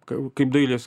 kai kaip dailės